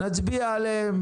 נצביע עליהן,